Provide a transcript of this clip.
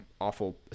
awful